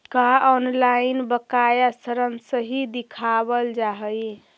का ऑनलाइन बकाया ऋण सही दिखावाल जा हई